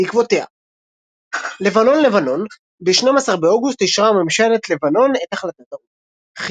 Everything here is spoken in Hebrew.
בעקבותיה לבנון לבנון ב־12 באוגוסט אישרה ממשלת לבנון את החלטת האו"ם.